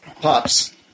Pops